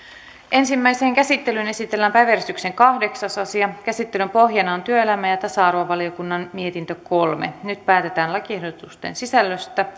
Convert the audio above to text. ensimmäiseen käsittelyyn esitellään päiväjärjestyksen kahdeksas asia käsittelyn pohjana on työelämä ja tasa arvovaliokunnan mietintö kolme nyt päätetään lakiehdotusten sisällöstä